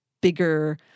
bigger